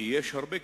כי יש הרבה קיצוצים,